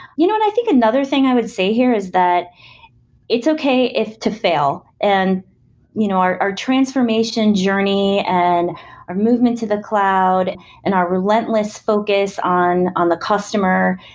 you know and i think another thing i would say here is that it's okay to fail, and you know our our transformation journey and our movement to the cloud and our relentless focus on on the customer,